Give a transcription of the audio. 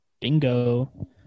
Bingo